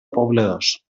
pobladors